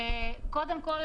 קודם כול,